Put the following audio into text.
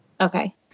Okay